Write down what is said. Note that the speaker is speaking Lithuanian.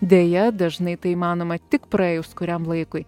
deja dažnai tai įmanoma tik praėjus kuriam laikui